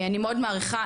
אני מאוד מעריכה,